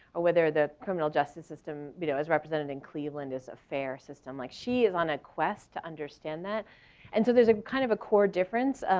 whether the criminal justice system you know as represented in cleveland is a fair system like she is on a quest to understand that and so there's a kind of a core difference.